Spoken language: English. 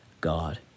God